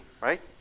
right